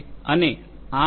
અને આ ડી